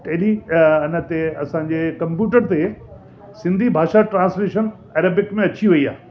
एॾी इनते असांजे कंपूटर ते सिंधी भाषा ट्रांस्लेशन अरेबिक में अची वयी आहे